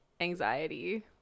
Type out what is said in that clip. anxiety